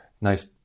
nice